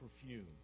perfume